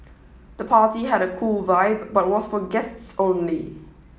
the party had a cool vibe but was for guests only